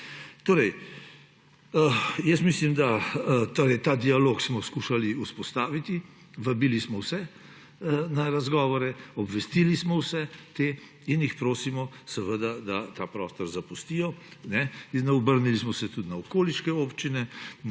dobro. Mislim, da ta dialog smo skušali vzpostaviti, vabili smo vse na razgovore, obvestili smo vse te in jih prosimo seveda, da ta prostor zapustijo. Obrnili smo se tudi na okoliške občine,